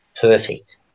perfect